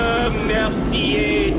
Mercier